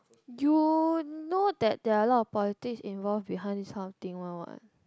you know that there are a lot of politics involved behind this kind of things one what